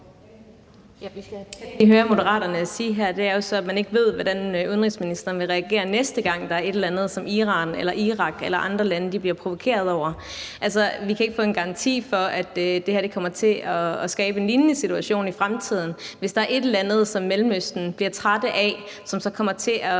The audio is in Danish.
Moderaterne sige her, er jo så, at man ikke ved, hvordan udenrigsministeren vil reagere, næste gang der er et eller andet, som Iran eller Irak eller andre lande bliver provokeret over. Altså, vi kan ikke få en garanti for, at det her ikke kommer til at skabe en lignende situation i fremtiden, hvis der er et eller andet, som de i Mellemøsten bliver trætte af, og som så kommer til at